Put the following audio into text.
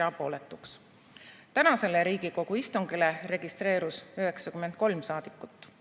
erapooletuks. Tänasele Riigikogu istungile registreerus 93 saadikut.